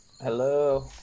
Hello